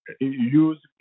use